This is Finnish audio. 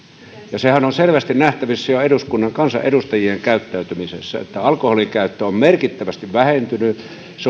sehän on selvästi nähtävissä jo eduskunnan kansanedustajien käyttäytymisessä että alkoholinkäyttö on merkittävästi vähentynyt se on